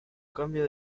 cambia